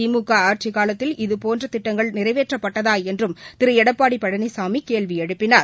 திமுக ஆட்சி காலத்தில் இதுபோன்ற திட்டங்கள் நிறைவேற்றப்பட்டதா என்றும் திரு எடப்பாடி பழனிசாமி கேள்வி எழுப்பினார்